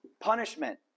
Punishment